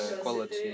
quality